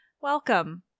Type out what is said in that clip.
welcome